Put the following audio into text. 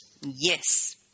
Yes